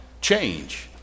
change